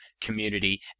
community